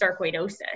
sarcoidosis